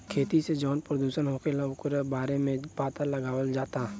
खेती से जवन प्रदूषण होखता ओकरो बारे में पाता लगावल जाता